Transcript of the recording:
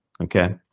Okay